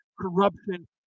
corruption